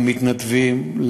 למתנדבים,